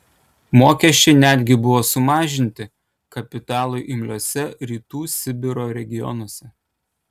mokesčiai netgi buvo sumažinti kapitalui imliuose rytų sibiro regionuose